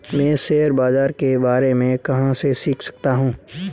मैं शेयर बाज़ार के बारे में कहाँ से सीख सकता हूँ?